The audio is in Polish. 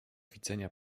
widzenia